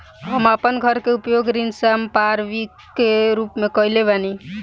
हम आपन घर के उपयोग ऋण संपार्श्विक के रूप में कइले बानी